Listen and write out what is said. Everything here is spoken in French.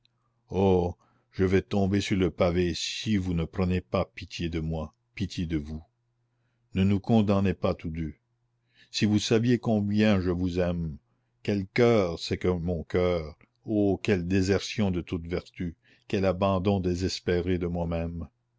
oh je vais tomber sur le pavé si vous ne prenez pas pitié de moi pitié de vous ne nous condamnez pas tous deux si vous saviez combien je vous aime quel coeur c'est que mon coeur oh quelle désertion de toute vertu quel abandon désespéré de moi-même